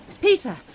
Peter